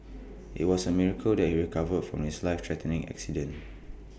IT was A miracle that he recovered from his life threatening accident